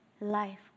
life